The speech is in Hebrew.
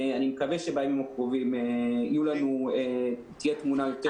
אני מקווה שבימים הקרובים תהיה תמונה יותר ברורה.